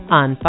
on